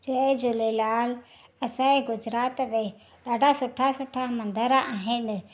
जय झूलेलाल असांजे गुजरात में ॾाढा सुठा सुठा मंदर आहिनि